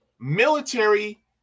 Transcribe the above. military